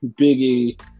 Biggie